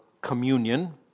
communion